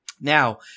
now